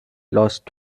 lost